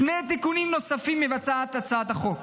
שני תיקונים נוספים מבצעת הצעת החוק